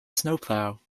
snowplow